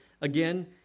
again